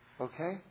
Okay